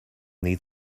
need